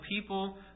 people